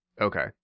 Okay